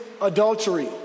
adultery